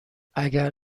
اگر